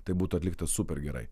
tai būtų atlikta super gerai